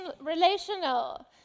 relational